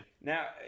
Now